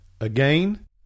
again